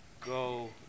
Go